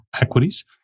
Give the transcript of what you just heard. equities